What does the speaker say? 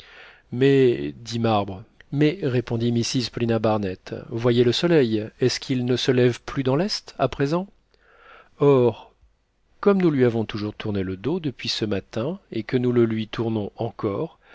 mais dit marbre mais répondit mrs paulina barnett voyez le soleil est-ce qu'il ne se lève plus dans l'est à présent or comme nous lui avons toujours tourné le dos depuis ce matin et que nous le lui tournons encore